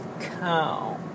Cow